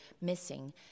missing